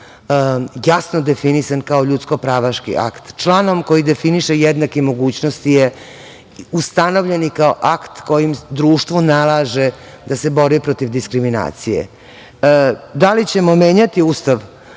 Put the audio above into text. jasno definisan kao ljudsko pravaški akt. Članom koji definiše jednake mogućnosti je ustanovljen i kao akt koji društvu nalaže da se bori protiv diskriminacije. Da li ćemo menjati Ustav